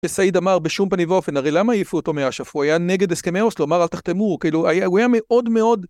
וסעיד אמר בשום פנים ואופן, הרי למה העפו אותו מהאשפויה הוא היה נגד הסכמאוס, לומר, אל תחתמו, כאילו, הוא היה מאוד מאוד...